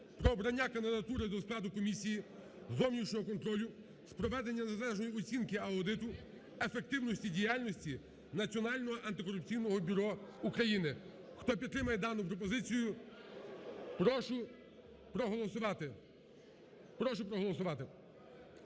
про обрання кандидатури до складу Комісії з зовнішнього контролю з проведення незалежної оцінки (аудиту) ефективності діяльності Національного Антикорупційного бюро України. Хто підтримає дану пропозицію, прошу проголосувати.